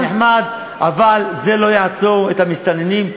זה נחמד, אבל זה לא יעצור את המסתננים.